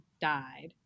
died